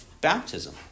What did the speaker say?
baptism